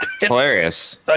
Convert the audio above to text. Hilarious